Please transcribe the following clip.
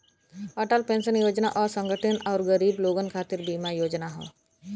Atal pension योजना असंगठित आउर गरीब लोगन खातिर बीमा योजना हौ